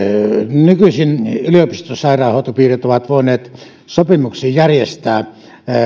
nykyisin yliopistosairaanhoitopiirit ovat voineet sopimuksin järjestää